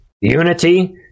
Unity